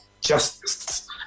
justice